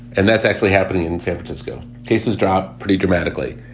and that's actually happening in san francisco. cases dropped pretty dramatically.